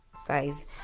size